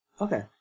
Okay